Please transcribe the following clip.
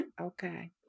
Okay